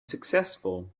successful